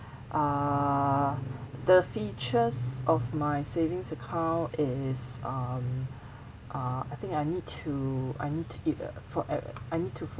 err the features of my savings account is um uh I think I need to I need it uh for eve~ I need to